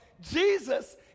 Jesus